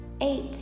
eight